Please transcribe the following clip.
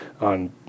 on